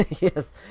Yes